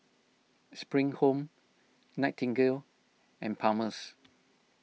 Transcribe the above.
Spring Home Nightingale and Palmer's